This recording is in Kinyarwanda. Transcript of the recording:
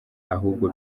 ahubwo